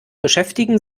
beschäftigen